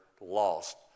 lost